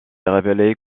révélé